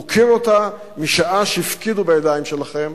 מוקיר אותה, משעה שהפקידו בידיים שלכם